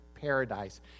paradise